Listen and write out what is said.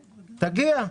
תגיע.